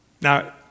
Now